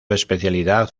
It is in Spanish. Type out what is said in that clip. especialidad